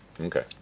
Okay